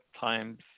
times